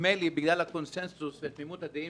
נדמה לי שיש קונצנזוס ותמימות דעים